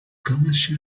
commercial